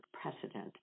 precedent